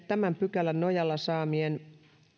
tämän pykälän nojalla saamien